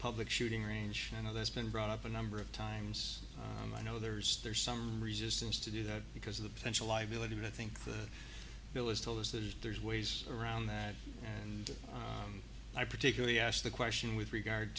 public shooting range i know that's been brought up a number of times and i know there's there's some resistance to do that because of the potential liability but i think the bill is told us that there's ways around that and i particularly asked the question with regard